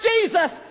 Jesus